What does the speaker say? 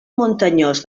muntanyós